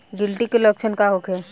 गिलटी के लक्षण का होखे?